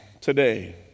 today